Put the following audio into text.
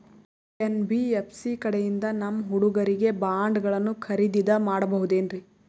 NBFC ಕಡೆಯಿಂದ ನಮ್ಮ ಹುಡುಗರಿಗೆ ಬಾಂಡ್ ಗಳನ್ನು ಖರೀದಿದ ಮಾಡಬಹುದೇನ್ರಿ?